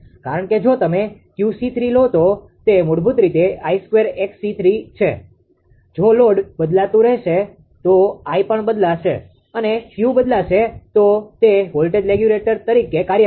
કારણ કે જો તમે 𝑄𝐶3 લો તો તે મૂળભૂત રીતે 𝐼2𝑥𝑐3 હશે જો લોડ બદલાતું રહે છે તો I પણ બદલાશે અને Q બદલાશે અને તે વોલ્ટેજ રેગ્યુલેટર તરીકે કાર્ય કરશે